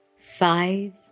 five